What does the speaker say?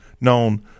known